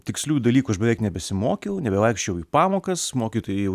tiksliųjų dalykų aš beveik nebesimokiau nebevaikščiojau į pamokas mokytojai jau